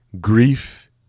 grief